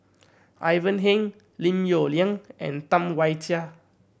Ivan Heng Lim Yong Liang and Tam Wai Jia